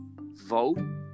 vote